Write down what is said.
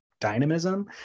dynamism